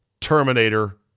Terminator